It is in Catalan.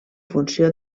funció